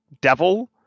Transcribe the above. devil